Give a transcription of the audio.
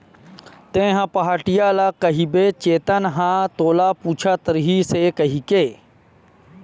तेंहा पहाटिया ल कहिबे चेतन ह तोला पूछत रहिस हे कहिके